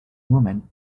woman